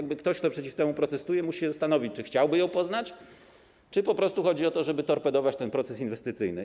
Ktoś, kto przeciw temu protestuje, musi się zastanowić, czy chciałby ją poznać, czy po prostu chodzi o to, żeby torpedować proces inwestycyjny.